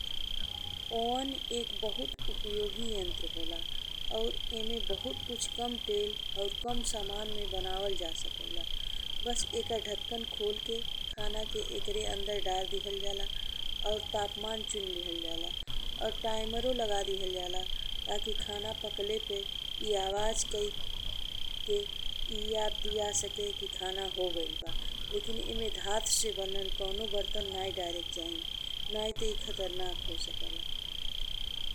Oven एक बहुत उपयोगी यंत्र होला और ईमे बहुत कुछ कम तेल और कम सामान में बनावल जा सकेला। बस एकर ढक्कन खोल के खाना के एकरे अंदर धर दीहल जाला और तापमान चुन लीहल जाला और टिमारो लगा दीहल जाला ताकि खाना पकले पे ए आवाज कई के ए याद दिया सके कि खाना हो गइल बा। लेकिन एमे धातु से बनल कउनो बर्तन नाहीं डारिके चाही, नाहीं ते ए खतरनाक हो सकेला।